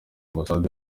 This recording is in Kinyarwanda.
ambasade